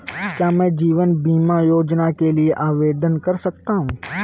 क्या मैं जीवन बीमा योजना के लिए आवेदन कर सकता हूँ?